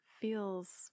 feels